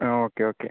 ആ okay okay